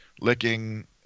licking